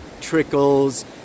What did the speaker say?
trickles